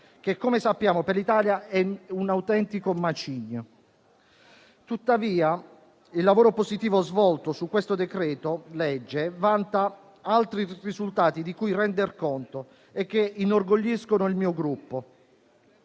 che, come sappiamo, per l'Italia è un autentico macigno. Tuttavia, il lavoro positivo svolto su questo decreto-legge vanta altri risultati di cui render conto e che inorgogliscono il mio Gruppo.